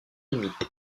limité